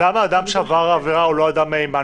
אז למה אדם שעבר עבירה הוא לא אדם מהימן